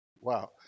Wow